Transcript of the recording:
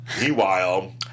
Meanwhile